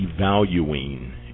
devaluing